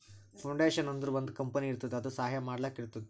foundation ಅಂದುರ್ ಒಂದ್ company ಇರ್ತುದ್ ಅದು ಸಹಾಯ ಮಾಡ್ಲಕ್ ಇರ್ತುದ್